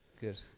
Good